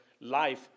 life